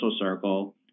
circle